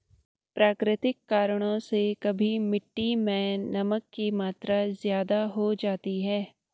प्राकृतिक कारणों से कभी मिट्टी मैं नमक की मात्रा ज्यादा हो जाती है